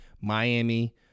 Miami